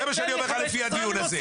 זה מה שאני אומר לך לפי הדיון הזה.